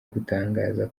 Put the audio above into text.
gutangaza